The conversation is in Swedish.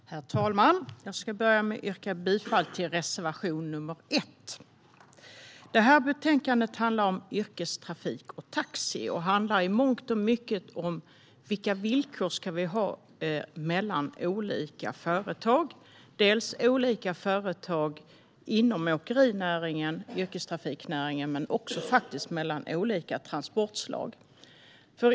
Herr talman! Jag ska börja med att yrka bifall till reservation nr 1. Detta betänkande handlar om yrkestrafik och taxi. Det handlar i mångt och mycket om vilka villkor vi ska ha för olika företag. Det gäller olika företag inom åkerinäringen och yrkestrafiknäringen men faktiskt också olika transportslag.